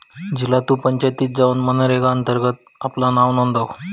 झिला तु पंचायतीत जाउन मनरेगा अंतर्गत आपला नाव नोंदव